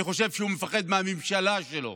אני חושב שהוא מפחד מהממשלה שלו